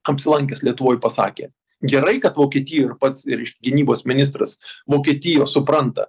apsilankęs lietuvoj pasakė gerai kad vokietijoj ir pats reiš gynybos ministras vokietijos supranta